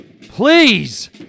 Please